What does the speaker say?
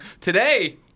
Today